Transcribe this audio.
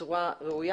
בצורה ראויה